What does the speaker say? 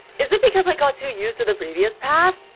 is it because i got too used to the previous path?